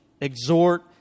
exhort